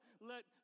let